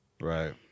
Right